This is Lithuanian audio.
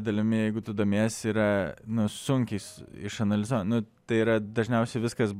dalimi jeigu tu domiesi yra nu sunkiai išanalizuo nu tai yra dažniausiai viskas